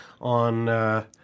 on –